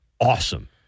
awesome